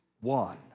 One